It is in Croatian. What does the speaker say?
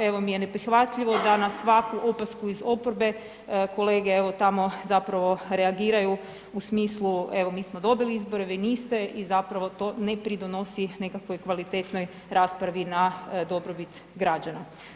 evo mi je neprihvatljivo da na svaku opasku iz oporbe, kolege evo tamo zapravo reagiraju u smislu evo mi smo dobili izbore, vi niste i zapravo to ne pridonosi nekakvoj kvalitetnoj raspravi na dobrobit građana.